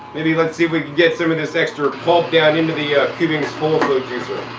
maybe let's see if we can get some of this extra pulp down into the kuvings whole slow juicer.